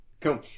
cool